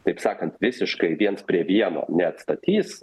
taip sakant visiškai viens prie vieno neatstatys